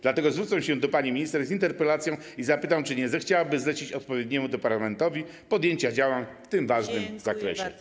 Dlatego zwrócę się do pani minister z interpelacją i zapytam, czy nie zechciałaby zlecić odpowiedniemu departamentowi podjęcia działań w tym ważnym zakresie.